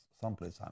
someplace